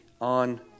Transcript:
on